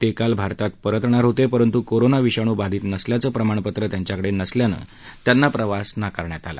ते काल भारतात परतणार होते परंतु कोरोना विषाणू बाधित नसल्याचं प्रमाणपत्र त्यांच्याकडे नसल्यामुळे त्यांना प्रवास नाकारण्यात आला